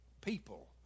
people